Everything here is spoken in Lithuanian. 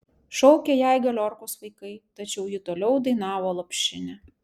šaukė jai galiorkos vaikai tačiau ji toliau dainavo lopšinę